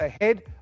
ahead